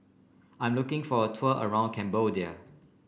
I'm looking for a tour around Cambodia